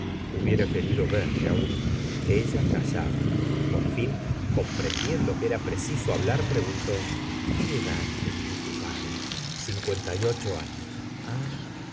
hubiera querido verle aún ella callaba por fin comprendiendo que t ra preciso hablar preguntó qué edad tenia tu padre cincuenta y ocho años